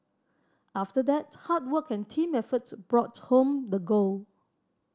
after that hard work and team efforts brought home the gold